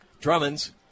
Drummond's